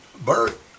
Bert